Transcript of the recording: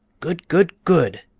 good! good! good!